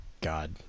God